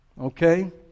Okay